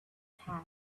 had